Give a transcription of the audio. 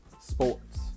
Sports